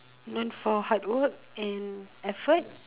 known for hard work and effort